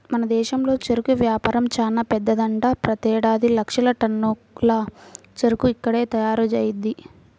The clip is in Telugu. మన దేశంలో చెరుకు వ్యాపారం చానా పెద్దదంట, ప్రతేడాది లక్షల టన్నుల చెరుకు ఇక్కడ్నే తయారయ్యిద్ది